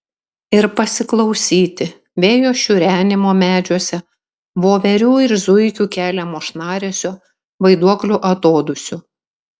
ir pasiklausyti vėjo šiurenimo medžiuose voverių ir zuikių keliamo šnaresio vaiduoklių atodūsių